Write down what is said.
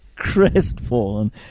crestfallen